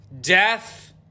death